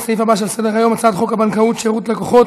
לסעיף הבא של סדר-היום: הצעת חוק הבנקאות (שירות ללקוח)